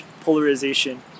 polarization